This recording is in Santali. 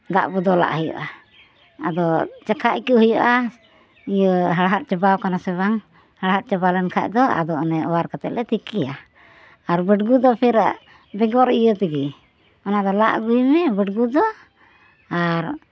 ᱫᱟᱜ ᱵᱚᱫᱚᱞᱟᱜ ᱦᱩᱭᱩᱜᱟ ᱟᱫᱚ ᱪᱟᱠᱷᱟ ᱟᱭᱹᱠᱟᱹᱣ ᱦᱩᱭᱩᱜᱟ ᱤᱭᱟᱹ ᱦᱟᱲᱦᱟᱫ ᱪᱟᱵᱟᱣ ᱠᱟᱱᱟ ᱥᱮ ᱵᱟᱝ ᱦᱟᱲᱦᱟᱫ ᱪᱟᱵᱟ ᱞᱮᱱ ᱠᱷᱟᱱ ᱫᱚ ᱟᱫᱚ ᱚᱱᱮ ᱚᱣᱟᱨ ᱠᱟᱛᱮ ᱞᱮ ᱛᱤᱠᱤᱭᱟ ᱟᱨ ᱵᱟᱹᱰᱜᱩᱫᱚ ᱯᱷᱮᱨᱟ ᱵᱮᱜᱚᱨ ᱤᱭᱟᱹ ᱛᱮᱜᱮ ᱚᱱᱟ ᱫᱚ ᱞᱟ ᱟᱹᱜᱩᱭ ᱢᱮ ᱵᱟᱹᱰᱜᱩᱫᱚ ᱟᱨ